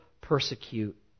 persecute